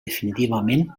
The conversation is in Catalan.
definitivament